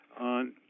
on